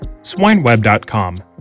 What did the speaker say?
SwineWeb.com